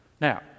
Now